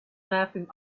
laughing